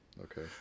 okay